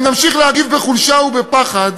אם נמשיך להגיב בחולשה ובפחד,